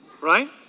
Right